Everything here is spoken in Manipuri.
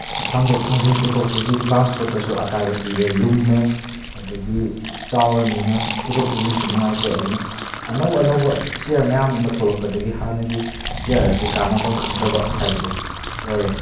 ꯊꯥꯡꯗꯣꯛ ꯊꯥꯡꯖꯤꯟ ꯄꯨꯊꯣꯛ ꯄꯨꯁꯤꯟ ꯇ꯭ꯔꯥꯟꯁꯄꯣꯔꯠꯇꯁꯨ ꯑꯀꯥꯏꯕ ꯄꯤꯔꯦ ꯂꯨꯝꯃꯦ ꯑꯗꯒꯤ ꯆꯥꯎꯔꯝꯅꯤꯅ ꯄꯨꯊꯣꯛ ꯄꯨꯁꯤꯟꯁꯨ ꯅꯨꯡꯉꯥꯏꯇ꯭ꯔꯦ ꯑꯗꯨꯅ ꯑꯅꯧ ꯑꯅꯧꯕ ꯆꯦꯌꯔ ꯃꯌꯥꯝ ꯑꯃ ꯊꯣꯂꯛꯄꯗꯒꯤ ꯍꯥꯟꯅꯒꯤ ꯆꯦꯌꯔ ꯑꯁꯤ ꯀꯥꯟꯅꯕꯝ ꯈꯪꯗꯕ ꯍꯥꯏꯕꯗꯨ ꯑꯣꯏꯔꯦ